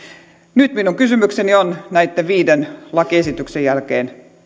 nyt minun kysymykseni on näitten viiden lakiesityksen jälkeen